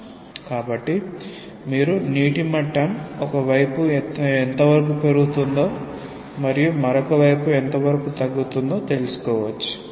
కాబట్టి మీరు నీటి మట్టం ఒక వైపు ఎంతవరకు పెరుగుతుందో మరియు మరొక వైపు ఎంతవరకు తగ్గుతుందో తెలుసుకోవచ్చు